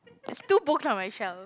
there's two books on my shelf